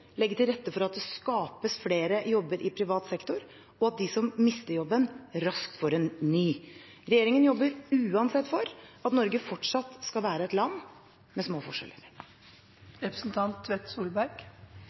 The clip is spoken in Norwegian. legge til rette for at det skapes flere jobber i privat sektor, og at de som mister jobben, raskt får en ny. Regjeringen jobber uansett for at Norge fortsatt skal være et land med små